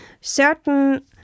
certain